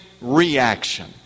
reaction